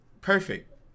perfect